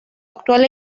actual